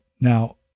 Now